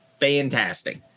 fantastic